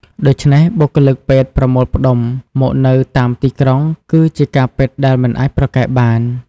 ដូច្នេះ បុគ្គលិកពេទ្យប្រមូលផ្តុំ មកនៅតាមទីក្រុងគឺជាការពិតដែលមិនអាចប្រកែកបាន។